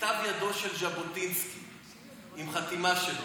בכתב ידו של ז'בוטינסקי עם חתימה שלו.